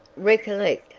recollect,